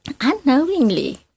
unknowingly